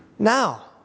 Now